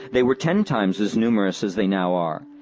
they were ten times as numerous as they now are,